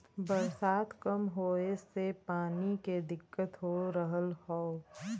बरसात कम होए से पानी के दिक्कत हो रहल हौ